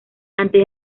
antes